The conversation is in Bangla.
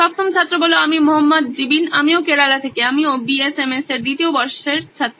সপ্তম ছাত্র আমি মোহম্মদ জিবিন আমিও কেরালা থেকে আমিও বিএসএমএস এর দ্বিতীয় বর্ষের ছাত্র